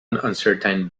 uncertain